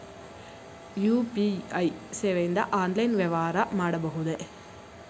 UPI ಸೇವೆಯಿಂದ online ವ್ಯವಹಾರ ಮಾಡಬಹುದೇ?